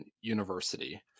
University